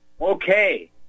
Okay